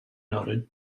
noted